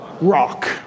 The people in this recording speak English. rock